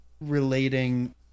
relating